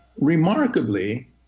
remarkably